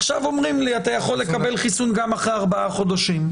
עכשיו אומרים לי: אתה יכול לקבל חיסון גם אחרי ארבעה חודשים.